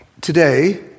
Today